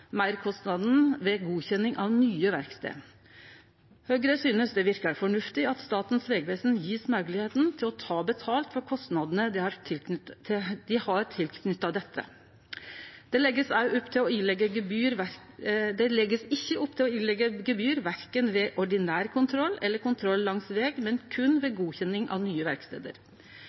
ved godkjenning av nye verkstader. Høgre synest det verkar fornuftig at Statens vegvesen blir gjeve moglegheit til å ta betalt for kostnadene dei har knytte til dette. Det blir ikkje lagt opp til å gje pålegg om gebyr ved verken ordinær kontroll eller kontroll langs veg, men berre ved godkjenning av nye